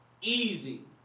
Easy